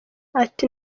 ati